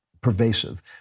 pervasive